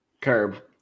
Curb